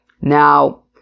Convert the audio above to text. Now